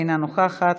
אינה נוכחת,